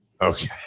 Okay